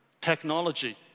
technology